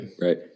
right